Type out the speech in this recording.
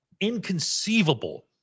inconceivable